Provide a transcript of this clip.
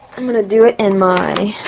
i'm going to do it in my